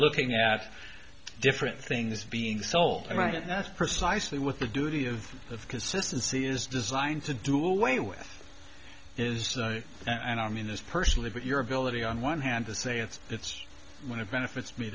looking at different things being sold and i and that's precisely what the duty of the consistency is designed to do away with is and i mean this personally but your ability on one hand to say it's it's one of benefits